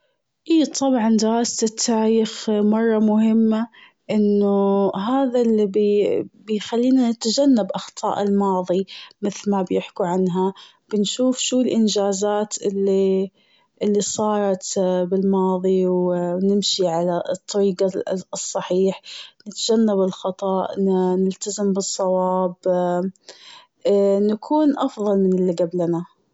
اي طبعاً دراسة التاريخ مرة مهمة. إنه هذا الذي بي- بيخلينا نتجنب أخطاء الماضي، مثل ما بيحكوا عنها. بنشوف شو الانجازات اللي اللي صارت بالماضي ونمشي على الطريق ال- الصحيح نتجنب الخطأ نلتزم بالصواب نكون أفضل من اللي قبلنا.